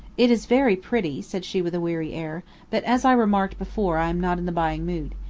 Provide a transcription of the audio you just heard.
it is very pretty, said she with a weary air but as i remarked before, i am not in the buying mood.